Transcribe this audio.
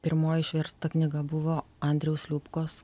pirmoji išversta knyga buvo andriaus liupkos